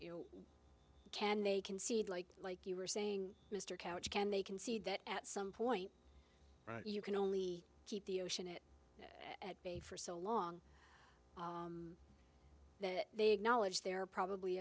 can they can see it like like you were saying mr couch can they can see that at some point you can only keep the ocean it at bay for so long that they acknowledge they're probably